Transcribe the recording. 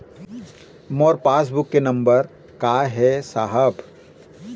मोर passbook के number का ही साहब?